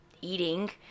eating